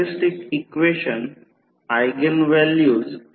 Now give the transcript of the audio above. वास्तविक उच्च व्होल्टेज बाजू E2000 व्होल्ट उच्च व्होल्टेज बाजू 2000 व्होल्ट आहे